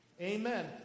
amen